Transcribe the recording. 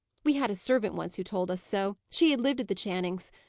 we had a servant once who told us so, she had lived at the channings'.